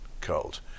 cult